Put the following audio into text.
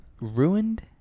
Ruined